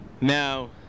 Now